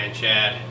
Chad